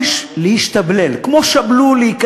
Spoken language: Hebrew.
אתה שם לב, אין שום שאר רוח בממשלה.